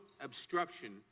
obstruction